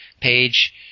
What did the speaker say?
page